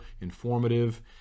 informative